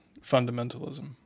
fundamentalism